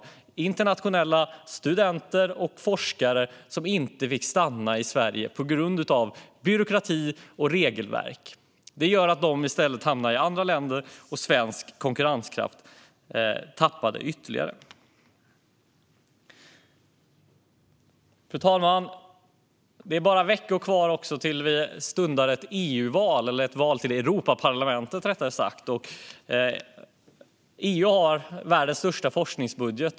Det var internationella studenter och forskare som inte fick stanna i Sverige på grund av byråkrati och regelverk. Det gjorde att de i stället hamnade i andra länder, och svensk konkurrenskraft minskade ytterligare. Fru talman! Det är bara veckor kvar till ett EU-val eller ett val till Europaparlamentet, rättare sagt. EU har världens största forskningsbudget.